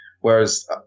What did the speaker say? Whereas